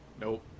Nope